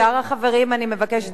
הוא היה פשוט עם הגב אל המציעים.